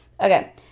okay